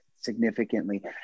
significantly